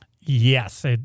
Yes